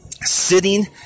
sitting